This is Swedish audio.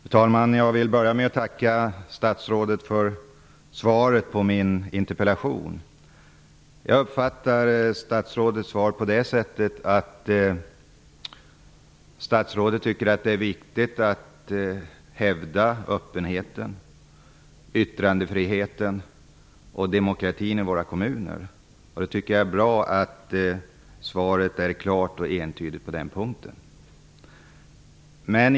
Fru talman! Jag vill börja med att tacka statsrådet för svaret på min interpellation. Jag uppfattar statsrådets svar på det sättet att hon tycker att det är viktigt att hävda öppenheten, yttrandefriheten och demokratin i våra kommuner. Jag tycker att det är bra att svaret är klart och entydigt på den punkten.